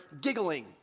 giggling